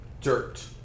dirt